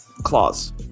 Claws